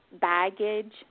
baggage